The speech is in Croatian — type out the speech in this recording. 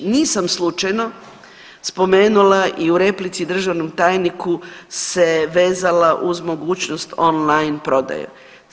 Nisam slučajno spomenula i u replici državnom tajniku se vezala uz mogućnost on-line prodaje.